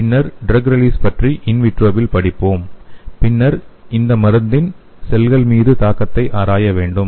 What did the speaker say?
பின்னர் drug release பற்றி இன் விட்ரோவில் படிப்போம் பின்னர் இந்த மருந்தின் செல்கள் மீதான தாக்கத்தை ஆராய வேண்டும்